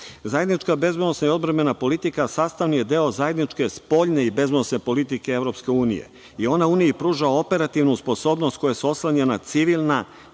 zajednička bezbednosna i odbrambena politika sastavni je deo zajedničke spoljne i bezbedonosne politike EU i ona ume i pruža operativnu sposobnost koja se oslanja na civilna